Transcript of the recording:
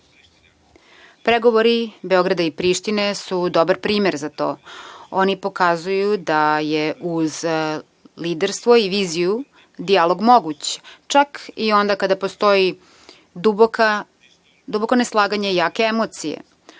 Pregovori Beograda i Prištine su dobar primer za to, oni pokazuju da je uz liderstvo i viziju dijalog moguć, čak i onda kada postoji duboko neslaganje i jake emocije. Ovi